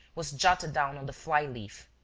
was jotted down on the fly-leaf.